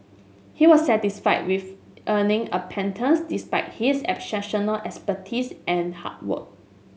he was satisfied with earning a pittance despite his expertise and hard work